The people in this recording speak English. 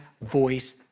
voice